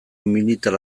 militar